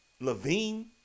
Levine